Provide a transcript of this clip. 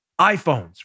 iPhones